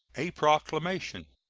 a proclamation.